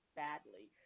badly